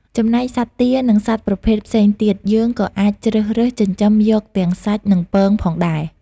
ចំណែកសត្វទា និងសត្វប្រភេទផ្សេងទៀតយើងក៏អាចជ្រើសរើសចិញ្ចឹមយកទាំងសាច់ និងពងផងដែរ។